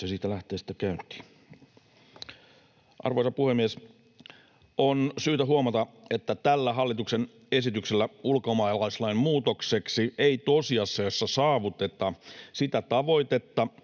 Time: 19:44 Content: Arvoisa puhemies! On syytä huomata, että tällä hallituksen esityksellä ulkomaalaislain muutokseksi ei tosiasiassa saavuteta sitä tavoitetta,